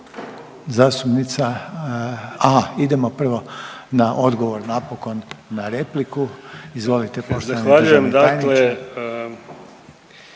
Zastupnica, a, idemo prvo na odgovor napokon na repliku, izvolite poštovani državni tajniče.